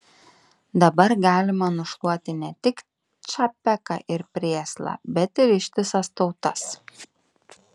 dabar galima nušluoti ne tik čapeką ir prėslą bet ir ištisas tautas